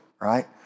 right